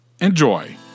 Enjoy